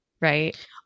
right